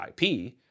IP